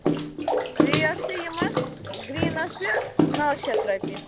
rate چھِ یِمَن گرٛیٖنَس چھِ نَو شیٚتھ رۄپیہِ